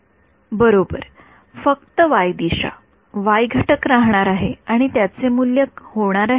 विद्यार्थीः बरोबर तर फक्त y दिशा y घटक राहणार आहे आणि त्याचे मूल्य होणार आहे